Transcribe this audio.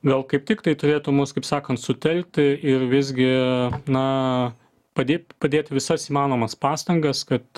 gal kaip tik tai turėtų mus kaip sakant sutelkti ir visgi na padėt padėt visas įmanomas pastangas kad